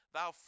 Thou